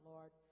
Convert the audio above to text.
Lord